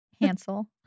Hansel